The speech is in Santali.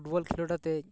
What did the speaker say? ᱯᱷᱩᱴᱵᱚᱞ ᱠᱷᱮᱞᱳᱰ ᱟᱛᱮᱜ